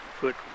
put